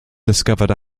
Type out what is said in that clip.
discovered